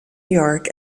york